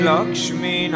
Lakshmi